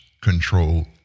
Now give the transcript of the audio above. control